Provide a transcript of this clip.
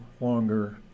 longer